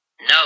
No